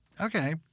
Okay